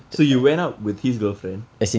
so you went out with his girlfriend